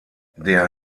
der